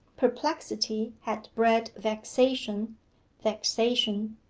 perplexity had bred vexation vexation,